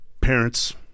parents